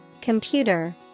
computer